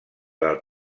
del